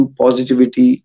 positivity